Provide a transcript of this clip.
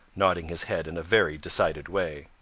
nodding his head in a very decided way.